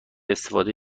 استفاده